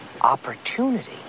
opportunity